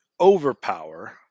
overpower